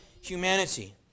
humanity